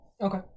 Okay